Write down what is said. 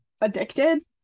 addicted